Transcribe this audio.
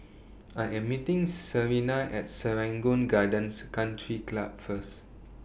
I Am meeting Serena At Serangoon Gardens Country Club First